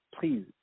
Please